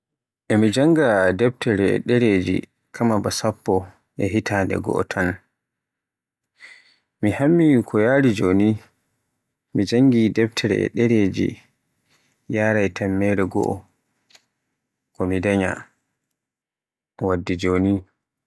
E mi jannga deftere e ɗereji kama ba sappo e hitande goo tan. MI hammi ko yaari joni mi janngi deftere e ɗereji yaray tammere goo ko mi danya. Waddi joni.